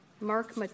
Mark